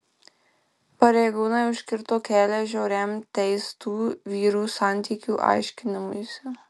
pareigūnai užkirto kelią žiauriam teistų vyrų santykių aiškinimuisi